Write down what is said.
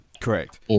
Correct